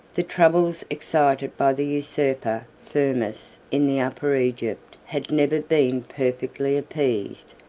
the troubles excited by the usurper firmus in the upper egypt had never been perfectly appeased,